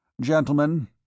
Gentlemen